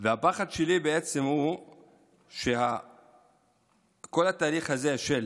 הפחד שלי הוא שכל התהליך הזה של